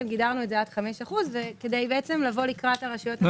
גידרנו את זה עד 5% כדי לבוא לקראת הרשויות המקומיות.